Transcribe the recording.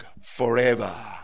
Forever